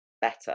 better